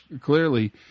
clearly